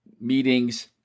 meetings